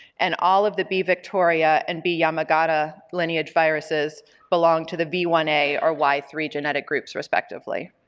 and all of the b victoria and b yamagata lineage viruses belonged to the v one a or y three genetic groups, respectively.